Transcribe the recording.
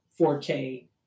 4k